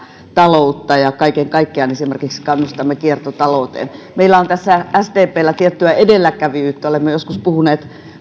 taloutta ja kaiken kaikkiaan esimerkiksi kannustamme kiertotalouteen meillä on tässä sdpllä tiettyä edelläkävijyyttä olemme joskus puhuneet